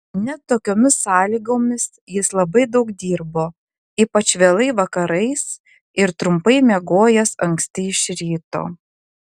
net tokiomis sąlygomis jis labai daug dirbo ypač vėlai vakarais ir trumpai miegojęs anksti iš ryto